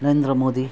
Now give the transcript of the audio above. Narendra Modi